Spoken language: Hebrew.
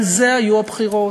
על זה היו הבחירות,